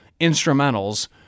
instrumentals